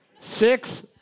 six